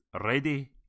ready